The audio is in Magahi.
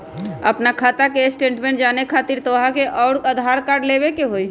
आपन खाता के स्टेटमेंट जाने खातिर तोहके खाता अऊर आधार कार्ड लबे के होइ?